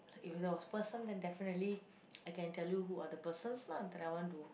if that was person then definitely I can tell you who are the persons lah that I want to